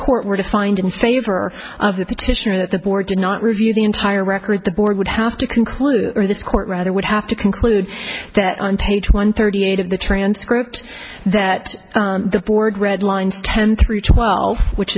court were to find in favor of the petitioner that the board did not review the entire record the board would have to conclude or this court rather would have to conclude that on page one thirty eight of the transcript that the board read lines ten through twelve which